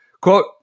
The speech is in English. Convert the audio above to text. Quote